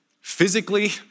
Physically